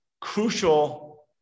crucial